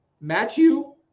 matthew